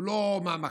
הוא לא מהמקפידים